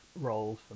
roles